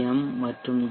M மற்றும் D